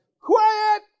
quiet